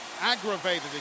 aggravated